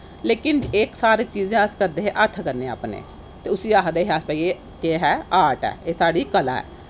लेकिन एह् हर चीजां अस करदे हे हत्थ कन्नै अपने ते उस्सी आखदे हे अस भाई केह् हा आर्ट ऐ एह साढ़ी कला ऐ